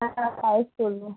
হ্যাঁ তাই করবো